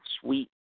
Suite